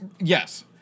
Yes